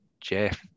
Jeff